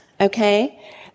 okay